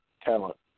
talent